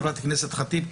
חברת הכנסת ח'טיב,